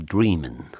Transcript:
Dreaming